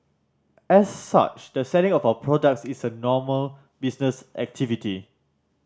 as such the selling of our products is a normal business activity